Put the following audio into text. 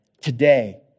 Today